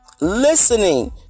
listening